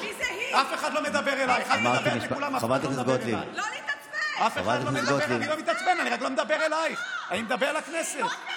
אומנם חלפו ארבע שנים כמעט מאז שהכרזת שתחיל ריבונות על בקעת הירדן,